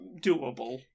doable